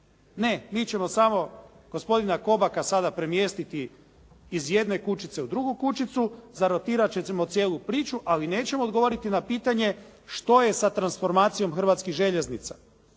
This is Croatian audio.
Ne mi ćemo samo gospodina Kobaka sada premjestiti iz jedne kućicu u drugu kućicu, zarotirat ćemo cijelu priču ali nećemo odgovoriti na pitanje, što je sa transformacijom Hrvatskih željeznica,